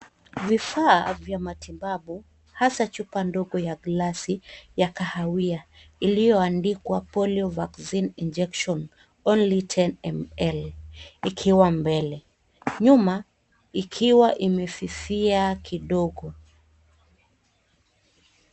Vifaa vya matibabu hasa chupa ndogo ya glasi ya kahawia iliyoandikwa polio vaccine injection only 10 ml ikiwa mbele nyuma ikiwa imefifia kidogo.